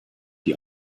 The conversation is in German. die